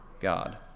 God